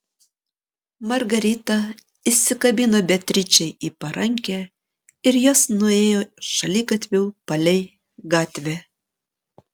margarita įsikabino beatričei į parankę ir jos nuėjo šaligatviu palei gatvę